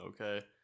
Okay